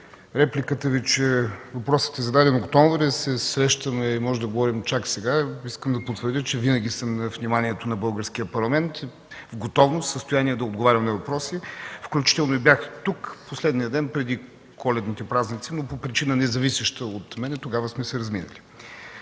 репликата Ви, че въпросът е зададен през месец октомври, а се срещаме и можем да говорим чак сега, искам да потвърдя, че винаги съм на вниманието на българския Парламент, в готовност и в състояние да отговарям на въпроси. Включително бях тук в последния ден преди Коледните празници, но по независеща от мен причина, сме се разминали.